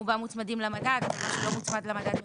רובם מוצמדים למדד ומה שלא מוצמד למדד,